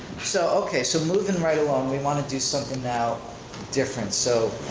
so, okay, so moving right along we wanna do something now different, so